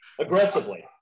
aggressively